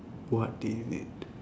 what is it